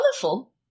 colorful